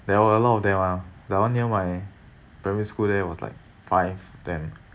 there were a lot of them mah the one near my primary school there it was like five to ten